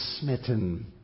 smitten